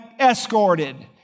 escorted